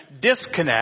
disconnect